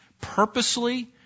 Purposely